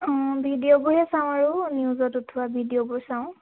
অঁ ভিডিঅ'বোৰহে চাওঁ আৰু নিউজত উঠোৱা ভিডিঅ'বোৰ চাওঁ